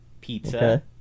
pizza